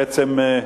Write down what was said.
בעצם,